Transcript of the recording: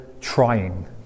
trying